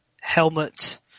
helmet